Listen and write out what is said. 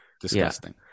Disgusting